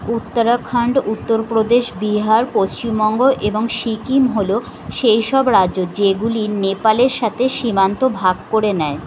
উত্তরাখণ্ড উত্তর প্রদেশ বিহার পশ্চিমবঙ্গ এবং সিকিম হলো সেই সব রাজ্য যেগুলি নেপালের সাথে সীমান্ত ভাগ করে নেয়